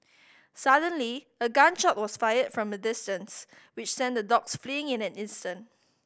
suddenly a gun shot was fired from a distance which sent the dogs fleeing in an instant